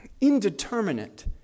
indeterminate